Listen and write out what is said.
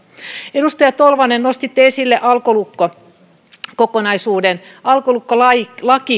edustaja tolvanen nostitte esille alkolukkokokonaisuuden alkolukkolain